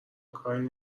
کاری